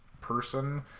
person